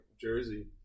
jersey